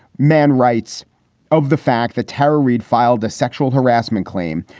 mann writes of the fact that terror reid filed a sexual harassment claim,